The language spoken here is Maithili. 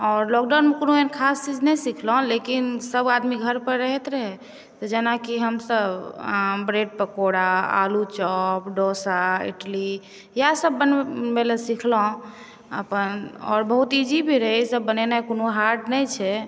आओर लॉकडाउनमे कोनो एहन ख़ास चीज़ नहि सीखलहुँ लेकिन सभ आदमी घर पर रहैत रहै तऽ जेना की हमसभ ब्रेड पकोड़ा आलू चॉप डोसा इडली इएह सभ बनबै लए सीखलहुँ अपन आओर बहुत ईज़ी भी रहै ई सभ बनेनाइ कोनो हार्ड नहि छै